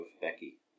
Becky